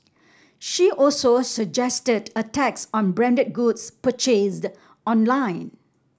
she also suggested a tax on branded goods purchased online